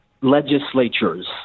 legislatures